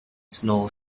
snow